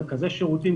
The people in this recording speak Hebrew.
מרכזי שירותים,